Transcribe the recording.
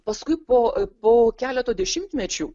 paskui po po keleto dešimtmečių